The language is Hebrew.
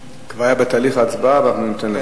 זה כבר היה בתהליך ההצבעה, אבל אנחנו ניתן לך.